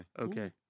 Okay